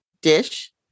dish